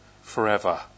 forever